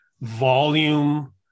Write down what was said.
volume